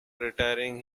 retiring